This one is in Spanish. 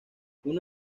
uno